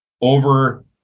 over